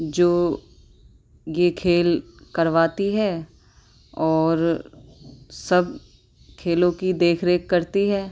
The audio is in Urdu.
جو یہ کھیل کرواتی ہے اور سب کھیلوں کی دیکھ ریکھ کرتی ہے